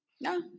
No